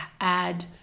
add